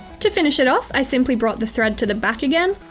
to finish it off, i simply brought the thread to the back again,